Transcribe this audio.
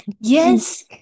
yes